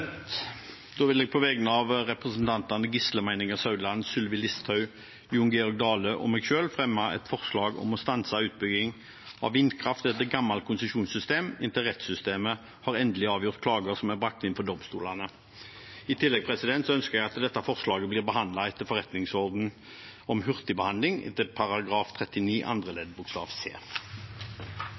Da vil jeg på vegne av representantene Gisle Meininger Saudland, Sylvi Listhaug, Jon Georg Dale og meg selv fremme et forslag om å stanse utbygging av vindkraft etter gammelt konsesjonssystem, inntil rettssystemet har endelig avgjort klager som er brakt inn for domstolene. I tillegg ønsker jeg at dette forslaget blir behandlet etter forretningsordenens bestemmelser om hurtigbehandling, § 39 andre ledd bokstav c.